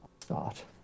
Start